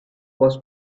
was